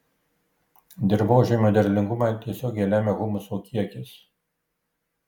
dirvožemio derlingumą tiesiogiai lemia humuso kiekis